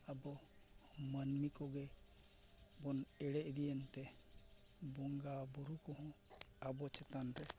ᱟᱵᱚ ᱢᱟᱱᱢᱤ ᱠᱚᱜᱮ ᱵᱚᱱ ᱮᱲᱮ ᱤᱫᱤᱭᱮᱱ ᱛᱮ ᱵᱚᱸᱜᱟ ᱵᱩᱨᱩ ᱠᱚᱦᱚᱸ ᱟᱵᱚ ᱪᱮᱛᱟᱱ ᱨᱮ